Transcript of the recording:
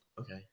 okay